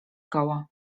koło